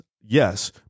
yes